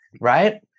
right